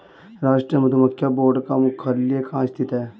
राष्ट्रीय मधुमक्खी बोर्ड का मुख्यालय कहाँ स्थित है?